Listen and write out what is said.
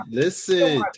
listen